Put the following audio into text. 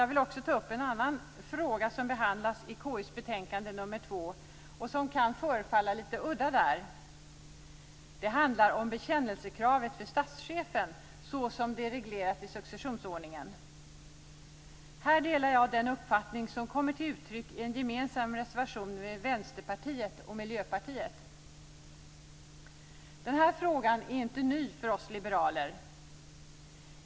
Jag vill också ta upp en annan fråga som behandlas i KU:s betänkande nr 2 som kan förefalla lite udda i sammanhanget. Det handlar om bekännelsekravet för statschefen, så som det är reglerat i successionsordningen. Jag delar den uppfattning som kommer till uttryck i en reservation som vi har gemensamt med Vänsterpartiet och Miljöpartiet. Den här frågan är inte ny för oss liberaler.